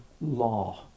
law